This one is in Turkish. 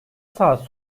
saat